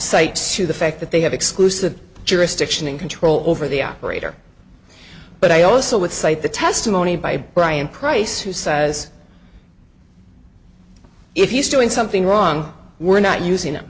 to the fact that they have exclusive jurisdiction and control over the operator but i also with cite the testimony by brian price who says if he's doing something wrong we're not using